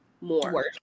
more